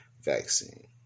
vaccine